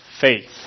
faith